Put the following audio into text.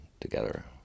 together